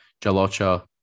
Jalocha